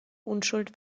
unschuld